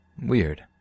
Weird